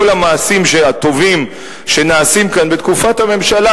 המעשים הטובים שנעשים כאן בתקופת הממשלה,